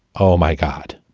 oh, my god,